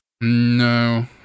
No